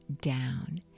down